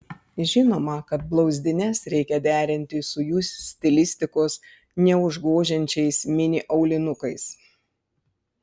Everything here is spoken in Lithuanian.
žinoma kad blauzdines reikia derinti su jų stilistikos neužgožiančiais mini aulinukais